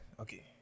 okay